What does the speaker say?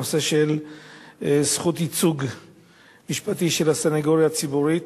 הנושא של זכות ייצוג משפטי של הסניגוריה הציבורית.